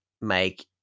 make